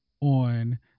on